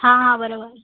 हां हां बरोबर